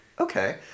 okay